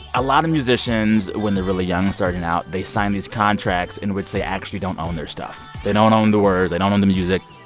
a lot of musicians, when they're really young starting out, they sign these contracts in which they actually don't own their stuff. they don't own the words. they don't own the music.